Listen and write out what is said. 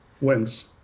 wins